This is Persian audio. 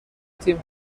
تیم